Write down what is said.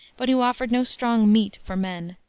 but who offered no strong meat for men.